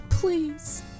Please